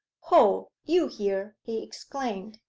ho you here he exclaimed.